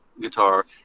guitar